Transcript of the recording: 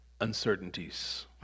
uncertainties